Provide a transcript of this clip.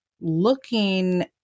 looking